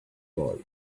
boy